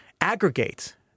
aggregate